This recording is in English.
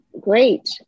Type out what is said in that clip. Great